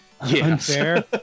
unfair